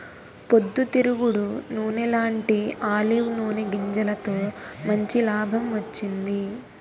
పొద్దు తిరుగుడు నూనెలాంటీ ఆలివ్ నూనె గింజలతో మంచి లాభం వచ్చింది